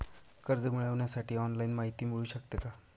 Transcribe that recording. कर्ज मिळविण्यासाठी ऑनलाईन माहिती मिळू शकते का?